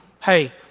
hey